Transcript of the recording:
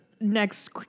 Next